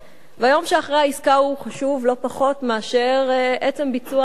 היום שאחרי העסקה הוא חשוב לא פחות מאשר עצם ביצוע העסקה.